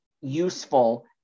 useful